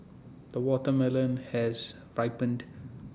the watermelon has ripened